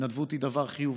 התנדבות היא דבר חיובי,